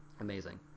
amazing